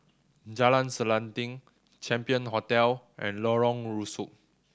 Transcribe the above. Jalan Selanting Champion Hotel and Lorong Rusuk